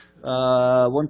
One